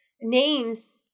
names